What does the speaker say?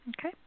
Okay